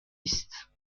است